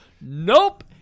nope